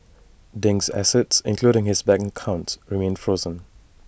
Ding's assets including his bank accounts remain frozen